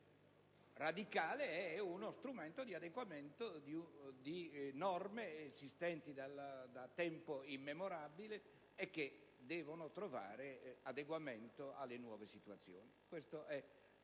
di uno strumento di adeguamento di norme esistenti da tempo immemorabile che devono trovare adattamento alle nuove situazioni.